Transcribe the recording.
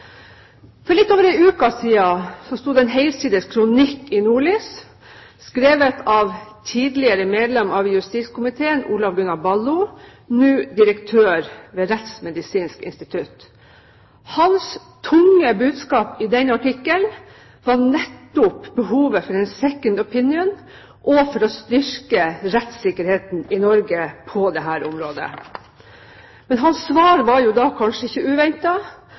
For litt over en uke siden sto det en helsides kronikk i Nordlys skrevet av tidligere medlem av justiskomiteen Olav Gunnar Ballo, nå direktør ved Rettsmedisinsk institutt. Hans tunge budskap i denne artikkelen var nettopp behovet for en «second opinion» og for å styrke rettssikkerheten i Norge på dette området. Men hans svar var kanskje ikke